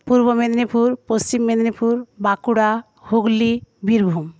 Purba Medinipur Paschim Medinipur Bankura Hooghly Birbhum